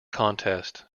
contest